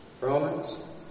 Romans